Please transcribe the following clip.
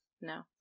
No